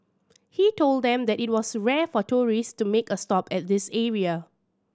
he told them that it was rare for tourists to make a stop at this area